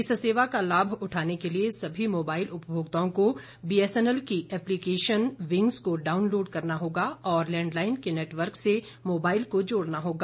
इस सेवा का लाभ उठाने के लिए सभी मोबाइल उपभोक्ताओं को बी एस एन एल की एप्लीकेशन विंग्स को डाउनलोड करना होगा और लैंडलाइन के नेटवर्क से मोबाइल को जोड़ना होगा